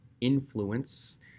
influence